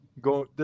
go